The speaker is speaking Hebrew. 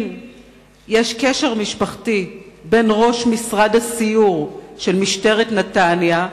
אם יש קשר משפחתי בין ראש משרד הסיור של משטרת נתניה,